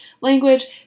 language